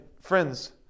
friends